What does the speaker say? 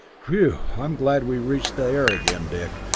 whew, i'm glad we reached the air again, dick.